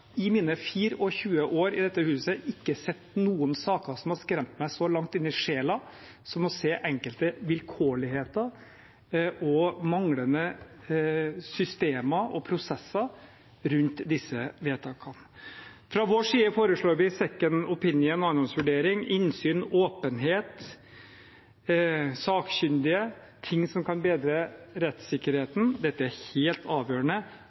skremt meg så langt inn i sjelen som å se enkelte vilkårligheter og manglende systemer og prosesser rundt disse vedtakene. Fra vår side foreslår vi second opinion, annenhåndsvurdering, innsyn, åpenhet, sakkyndige, ting som kan bedre rettssikkerheten. Dette er helt avgjørende,